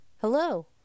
Hello